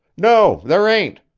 no, there ain't.